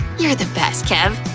you're the best, kev!